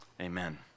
amen